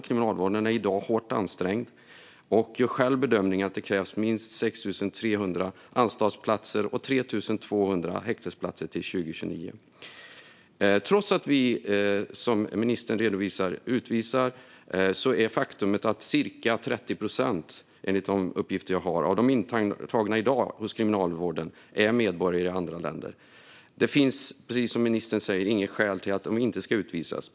Kriminalvården är i dag hårt ansträngd och gör bedömningen att det krävs minst 6 300 anstaltsplatser och 3 200 häktesplatser till 2029. Trots att vi, som ministern redovisar, utvisar personer är det ett faktum att ca 30 procent, enligt de uppgifter som jag har, av de intagna hos kriminalvården i dag är medborgare i andra länder. Det finns, precis som ministern säger, inga skäl till att de inte ska utvisas.